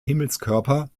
himmelskörper